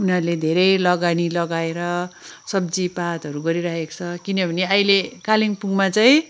उनीहरूले धेरै लगानी लगाएर सब्जीपातहरू गरिरहेको छ किनभने अहिले कालेबुङमा चाहिँ